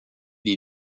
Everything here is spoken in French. les